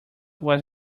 was